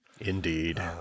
Indeed